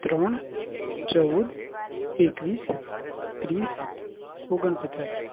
ત્રણ ચૌદ એકવીસ ત્રીસ ઓગણ પચાસ